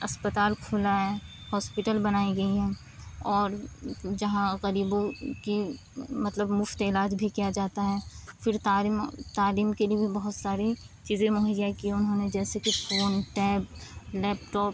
اسپتال کھولا ہے ہاسپیٹل بنائی گئی ہیں اور جہاں غریبوں کی مطلب مفت علاج بھی کیا جاتا ہے پھر تعلیم کے لیے بھی بہت ساری چیزیں مہیا کی انہوں نے جیسے کہ فون ٹیب لیپ ٹاپ